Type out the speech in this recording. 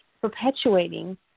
perpetuating